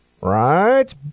right